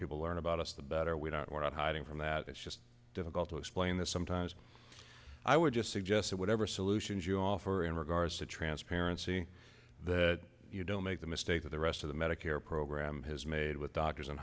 people learn about us the better we don't we're not hiding from that it's just difficult to explain this sometimes i would just suggest that whatever solutions you offer in regards to transparency that you don't make the mistake of the rest of the medicare program has made with doctors